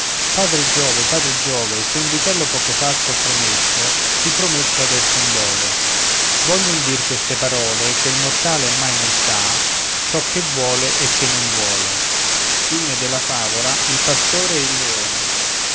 padre giove padre giove se un vitello poco fa t'ho promesso ti prometto adesso un bove voglion dir queste parole che il mortale mai non sa ciò che vuole e che non vuole il il leone e